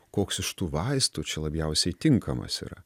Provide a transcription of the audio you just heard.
koks iš tų vaistų čia labiausiai tinkamas yra